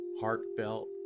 heartfelt